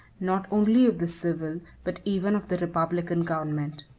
not only of the civil but even of the republican government.